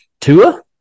Tua